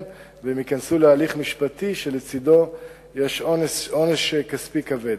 והם ייכנסו להליך משפטי שלצדו יש עונש כספי כבד.